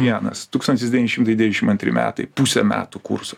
vienas tūkstantis devyni šimtai devyšiam antri metai pusę metų kursų